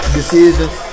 decisions